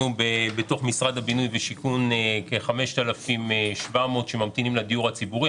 במשרד הבינוי והשיכון יש לנו כ-5,700 שממתינים לדיור הציבורי.